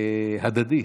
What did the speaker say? הדדי.